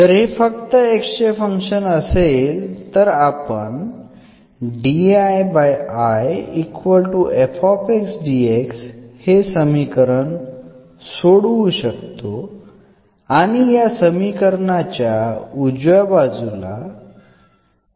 जर हे फक्त x चे फंक्शन असेल तर आपण हे समीकरण सोडवू शकतो आणि या समीकरणाच्या उजव्या बाजूला आहे